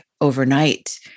overnight